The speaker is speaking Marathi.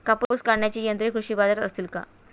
कापूस काढण्याची यंत्रे कृषी बाजारात असतील का?